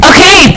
Okay